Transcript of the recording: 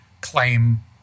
claim